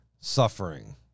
suffering